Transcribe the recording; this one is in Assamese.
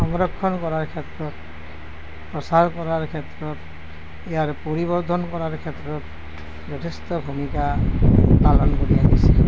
সংৰক্ষণ কৰাৰ ক্ষেত্ৰত প্ৰচাৰ কৰাৰ ক্ষেত্ৰত ইয়াৰ পৰিবৰ্ধন কৰাৰ ক্ষেত্ৰত যথেষ্ট ভূমিকা পালন কৰি আহিছে